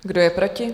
Kdo je proti?